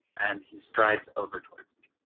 and he strides over towards me.